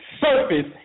surface